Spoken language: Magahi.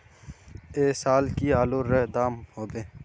ऐ साल की आलूर र दाम होबे?